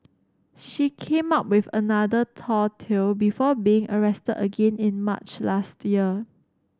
she came up with another tall tale before being arrested again in March last year